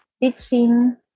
teaching